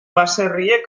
baserriek